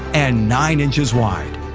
and nine inches wide.